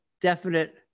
definite